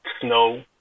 snow